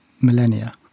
millennia